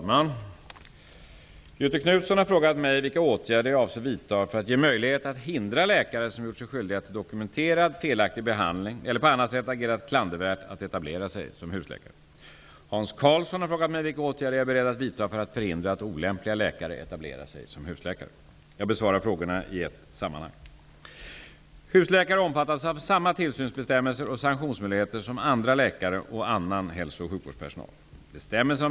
Fru talman! Göthe Knutson har frågat mig vilka åtgärder jag avser vidta för att ge möjlighet att hindra läkare som gjort sig skyldiga till dokumenterad felaktig behandling eller på annat sätt agerat klandervärt att etablera sig som husläkare. Hans Karlsson har frågat mig vilka åtgärder jag är beredd att vidta för att förhindra att olämpliga läkare etablerar sig som husläkare. Jag besvarar frågorna i ett sammanhang. Husläkare omfattas av samma tillsynsbestämmelser och sanktionsmöjligheter som andra läkare och annan hälso och sjukvårdspersonal.